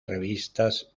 revistas